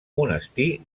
monestir